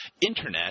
internet